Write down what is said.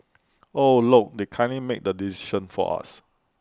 oh look they've kindly made the decision for us